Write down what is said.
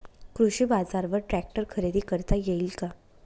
कृषी बाजारवर ट्रॅक्टर खरेदी करता येईल का?